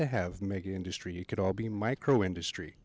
to have making industry you could all be micro industry